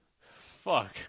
Fuck